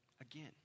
again